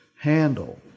handle